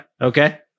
Okay